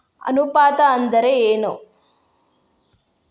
ಅನುಪಾತ ಅಂದ್ರ ಏನ್?